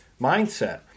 mindset